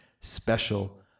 special